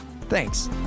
Thanks